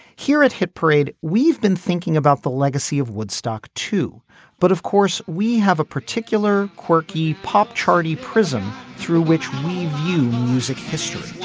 here it hit parade we've been thinking about the legacy of woodstock too but of course we have a particular quirky pop charity prism through which we view music history